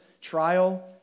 trial